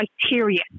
criteria